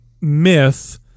myth